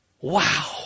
Wow